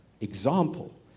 Example